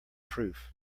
proof